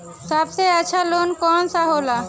सबसे अच्छा लोन कौन सा होला?